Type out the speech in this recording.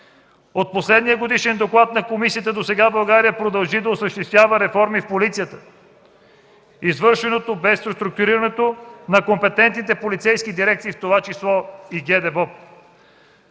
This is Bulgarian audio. От последния годишен доклад на комисията досега България продължи да осъществява реформи в полицията. Извършено бе структуриране на компетентните полицейски дирекции, в това число и ГДБОП.”